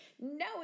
no